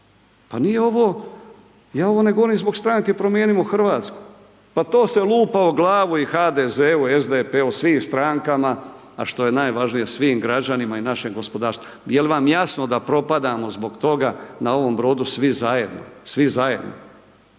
pa nije ovo ja ovo ne govorim zbog stranke Promijenimo Hrvatsku, pa to se lupa o glavu i HDZ-u i SDP-u, svim strankama a što j najvažnije, svim građanima i našem gospodarstvu. Jel vam jasno da propadamo zbog toga na ovom brodu svi zajedno, svi zajedno?